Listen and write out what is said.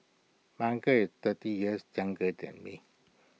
my uncle is thirty years younger than me